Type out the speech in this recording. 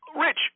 Rich